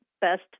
best